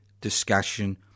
discussion